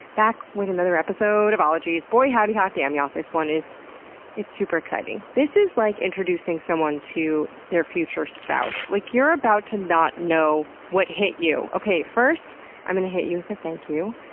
back with another episode of ologies. boy howdy, hot damn, y'all. this one is super exciting. this is like introducing someone to their future spouse. like, you're about to not know what hit you. okay. first i'm gonna hit you with a thank you.